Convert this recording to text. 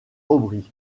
aubry